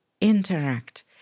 interact